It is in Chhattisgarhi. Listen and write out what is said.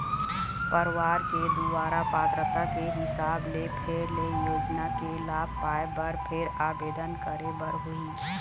परवार के दुवारा पात्रता के हिसाब ले फेर ले योजना के लाभ पाए बर फेर आबेदन करे बर होही